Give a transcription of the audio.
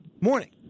Morning